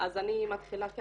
אז אני מתחילה ככה,